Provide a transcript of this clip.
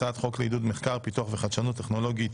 הצעת חוק לעידוד מחקר, פיתוח וחדשנות טכנולוגית